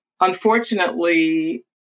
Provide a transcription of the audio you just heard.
Unfortunately